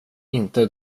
inte